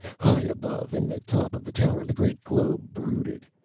high above in the top of the tower the great globe brooded,